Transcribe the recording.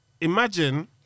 Imagine